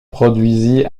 produisit